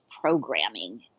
programming